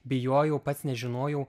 bijojau pats nežinojau